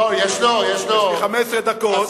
יש לי 15 דקות.